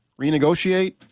Renegotiate